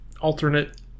alternate